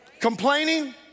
complaining